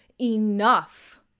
enough